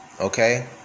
Okay